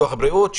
ביטוח בריאות,